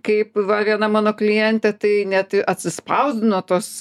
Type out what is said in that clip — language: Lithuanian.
kaip va viena mano klientė tai net atsispausdino tuos